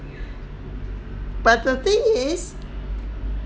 but the thing is